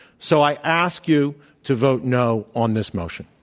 so i ask you to vote no on this motion.